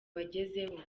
bagezeho